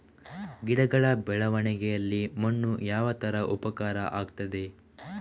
ಗಿಡಗಳ ಬೆಳವಣಿಗೆಯಲ್ಲಿ ಮಣ್ಣು ಯಾವ ತರ ಉಪಕಾರ ಆಗ್ತದೆ?